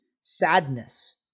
sadness